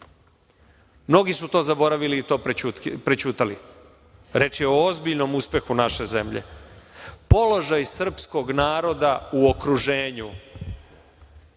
Mnogi su to zaboravili i to prećutali. Reč je o ozbiljnom uspehu naše zemlje. Položaj srpskog naroda u okruženju,